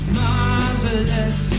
marvelous